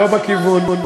לא בכיוון.